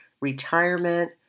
retirement